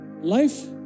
life